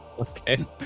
Okay